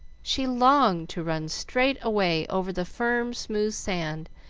she longed to run straight away over the firm, smooth sand,